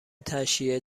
تشییع